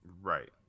Right